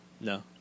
no